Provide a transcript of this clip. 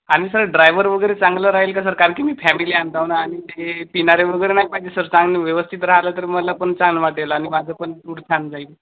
आणि sir driver वगैरे चांगलं राहील का सर कारण की मी फॅमिली आनताव ना आणि ते पिणारे वगैरे नाही पाहिजे सर चांगली व्यवस्थित राहिलं तर मला पण छान वाटेल आणि माझं पण छान जाईल